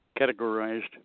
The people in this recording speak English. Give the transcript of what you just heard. categorized